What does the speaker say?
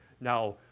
now